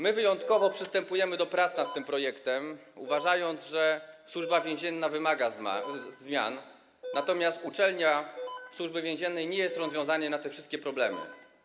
My wyjątkowo przystępujemy do prac nad tym projektem, uważając, że Służba Więzienna wymaga zmian, natomiast uczelnia Służby Więziennej nie jest rozwiązaniem, jeśli chodzi o te wszystkie problemy.